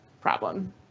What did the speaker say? problem